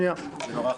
זה נורא חשוב.